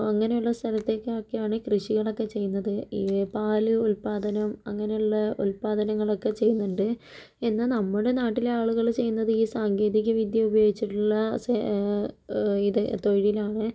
അങ്ങനെയുള്ള സ്ഥലത്തേക്കൊക്കെയാണ് കൃഷികളൊക്കെ ചെയ്യുന്നത് ഈ പാൽ ഉത്പാദനം അങ്ങനെയുള്ള ഉത്പാദനങ്ങളൊക്കെ ചെയ്യുന്നുണ്ട് എന്ന് നമ്മുടെ നാട്ടിലെ ആളുകൾ ചെയ്യുന്നത് ഈ സാങ്കേതികവിദ്യ ഉപയോഗിച്ചിട്ടുള്ള സേ ഇത് തൊഴിലാണ്